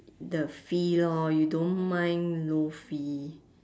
the fee lor you don't mind low fee